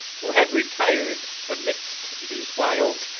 who had retired amidst these wilds,